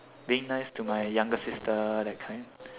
being nice to my younger sister that kind